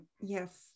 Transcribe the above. yes